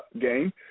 game